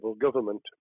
government